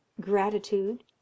gratitude